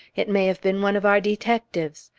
it may have been one of our detectives.